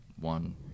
one